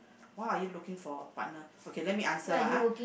why are you looking for a partner okay let me answer lah !huh!